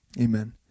Amen